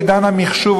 בעידן המחשוב,